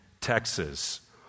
Texas